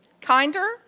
Kinder